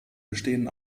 bestehen